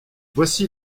voici